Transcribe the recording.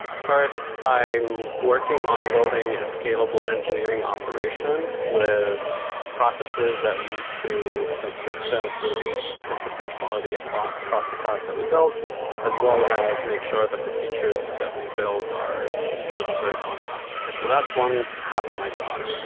first, i am working on building a scalable engineering operation with processes that lead to consistent to consistent quality across across the products that we build as well as make sure that the features that we build are delivered on time. so that's one half of my job.